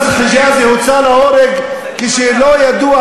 בגוש-עציון נרצחה אישה יהודייה.